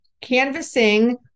canvassing